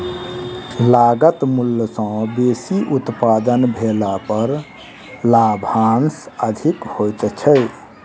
लागत मूल्य सॅ बेसी उत्पादन भेला पर लाभांश अधिक होइत छै